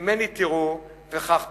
ממני תראו וכך תעשו.